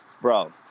bro